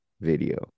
video